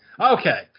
Okay